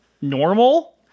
normal